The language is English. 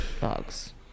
Dogs